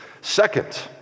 Second